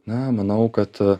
na manau kad